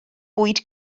bwyd